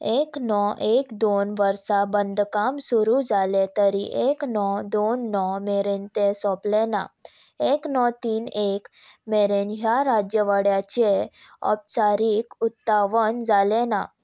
एक णव एक दोन वर्सा बांदकाम सुरू जालें तरी एक णव दोन णव मेरेन तें सोंपलें ना एक णव तीन एक मेरेन ह्या राज्यवाड्याचें औपचारीक उक्तावण जालें ना